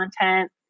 content